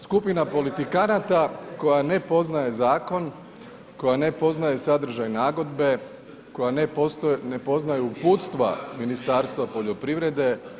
Skupina politikanata, koja ne poznaje zakon, koja ne poznaje sadržaj nagodbe, koja ne poznaje uputstva Ministarstva poljoprivrede,